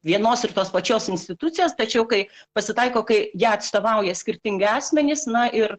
vienos ir tos pačios institucijos tačiau kai pasitaiko kai ją atstovauja skirtingi asmenys na ir